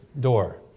door